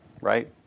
Right